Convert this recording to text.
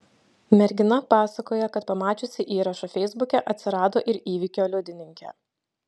mergina pasakoja kad pamačiusi įrašą feisbuke atsirado ir įvykio liudininkė